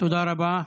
תודה רבה.